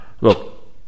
Look